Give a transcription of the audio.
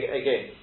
again